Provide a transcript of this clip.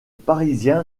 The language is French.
parisien